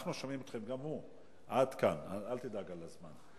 אנחנו שומעים אתכם, גם הוא, עד כאן, אל תדאג לזמן,